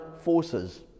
forces